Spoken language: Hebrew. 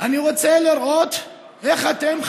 אני רוצה לראות איך אתם,